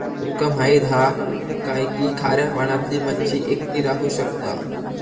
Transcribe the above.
तुमका माहित हा काय की खाऱ्या पाण्यातली मच्छी एकटी राहू शकता